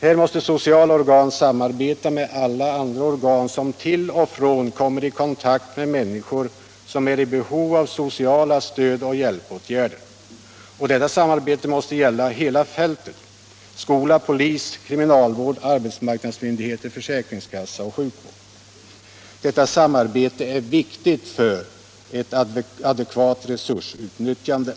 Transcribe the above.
Här måste sociala organ samarbeta med alla andra organ som till och från kommer i kontakt med människor som är i behov av sociala stödoch hjälpåtgärder. Detta samarbete måste gälla hela fältet: skola, polis, kriminalvård, arbetsmarknadsmyndigheter, försäkringskassa och sjukvård. Detta samarbete är viktigt för ett adekvat resursutnyttjande.